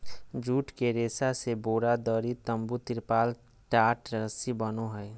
जुट के रेशा से बोरा, दरी, तम्बू, तिरपाल, टाट, रस्सी बनो हइ